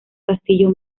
castillo